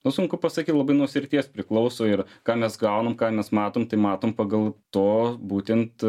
nu sunku pasaky labai nuo srities priklauso ir ką mes gaunam ką mes matom tai matom pagal to būtent